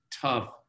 tough